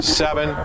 seven